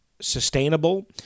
sustainable